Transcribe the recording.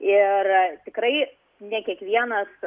ir tikrai ne kiekvienas